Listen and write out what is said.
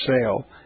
sale